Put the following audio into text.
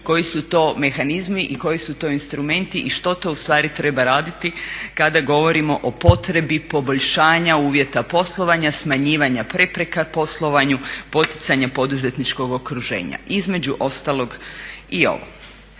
koji su to mehanizmi i koji su to instrumenti i što to u stvari treba raditi kada govorimo o potrebi poboljšanja uvjeta poslovanja, smanjivanja prepreka poslovanju, poticanja poduzetničkog okruženja između ostalog i ovo.